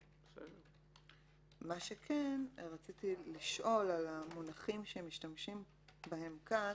מה שכן, רציתי לשאול על המונחים שמשתמשים בהם כאן